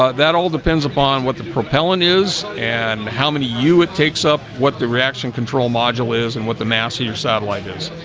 ah that all depends upon what the propellant is and how many you it takes up what the reaction control module is and what the mass of your satellite is?